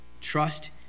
Trust